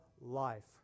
life